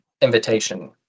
invitation